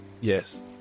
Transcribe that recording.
Yes